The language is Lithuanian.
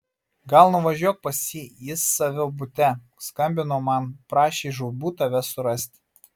gal nuvažiuok pas jį jis savo bute skambino man prašė žūtbūt tave surasti